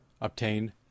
obtain